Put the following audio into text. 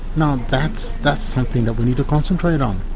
now that's that's something that we need to concentrate on,